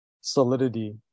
solidity